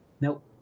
Nope